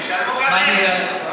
שישלמו גם הם.